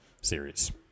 series